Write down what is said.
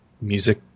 music